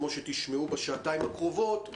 כמו שתשמעו בשעתיים הקרובות,